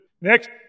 Next